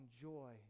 joy